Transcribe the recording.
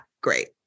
great